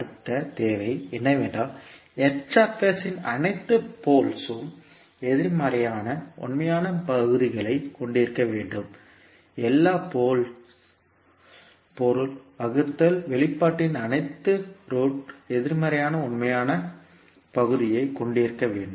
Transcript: அடுத்த தேவை என்னவென்றால் இன் அனைத்து போல்ஸ் உம் எதிர்மறையான உண்மையான பகுதிகளைக் கொண்டிருக்க வேண்டும் எல்லா போல்ஸ் பொருள் வகுத்தல் வெளிப்பாட்டின் அனைத்து ரூட்ஸ் எதிர்மறையான உண்மையான பகுதியைக் கொண்டிருக்க வேண்டும்